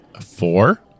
Four